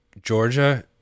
Georgia